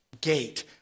gate